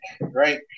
right